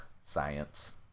science